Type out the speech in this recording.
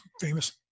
famous